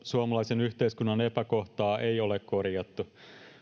suomalaisen yhteiskunnan epäkohtaa ei ole korjattu